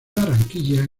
barranquilla